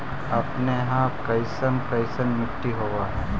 अपने यहाँ कैसन कैसन मिट्टी होब है?